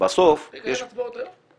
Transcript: --- אין הצבעות היום?